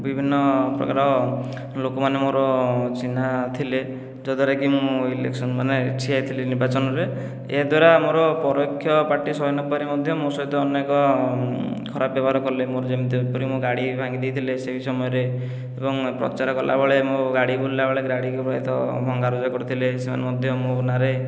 ବିଭିନ୍ନ ପ୍ରକାର ଲୋକମାନେ ମୋର ଚିହ୍ନା ଥିଲେ ଯଦ୍ଵାରାକି ମୁଁ ଇଲେକ୍ସନ ମାନେ ଠିଆ ହୋଇଥିଲି ନିର୍ବାଚନରେ ଏହାଦ୍ୱାରା ମୋର ପରୋକ୍ଷ ପାର୍ଟି ସହି ନପାରି ମଧ୍ୟ ମୋ ସହିତ ଅନେକ ଖରାପ ବ୍ୟବହାର କଲେ ମୋର ଯେମିତି ଯେପରି ମୋ ଗାଡ଼ି ଭାଙ୍ଗି ଦେଇଥିଲେ ସେ ସମୟରେ ଏବଂ ପ୍ରଚାର କଲାବେଳେ ମୋ ଗାଡ଼ି ବୁଲିଲା ବେଳେ ଗାଡ଼ି ଉପରେ ତ ଭଙ୍ଗା ରୁଜା କରୁଥିଲେ ସେମାନେ ମଧ୍ୟ ମୋ ନାଁରେ